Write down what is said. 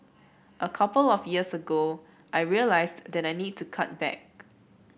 a couple of years ago I realised that I needed to cut back